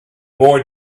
boy